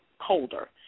colder